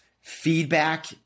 feedback